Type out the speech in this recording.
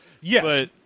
Yes